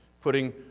putting